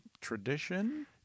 tradition